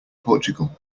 portugal